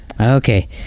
okay